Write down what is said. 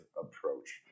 approach